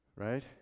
right